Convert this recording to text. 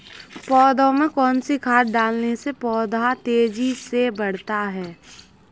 पौधे में कौन सी खाद डालने से पौधा तेजी से बढ़ता है?